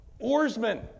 oarsmen